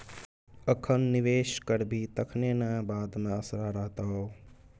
अखन निवेश करभी तखने न बाद मे असरा रहतौ